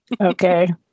Okay